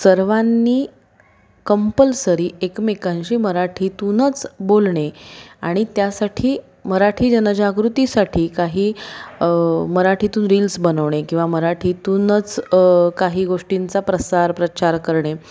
सर्वांनी कंपल्सरी एकमेकांशी मराठीतूनच बोलणे आणि त्यासाठी मराठी जनजागृतीसाठी काही मराठीतून रील्स बनवणे किंवा मराठीतूनच काही गोष्टींचा प्रसार प्रचार करणे